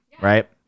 Right